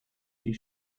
die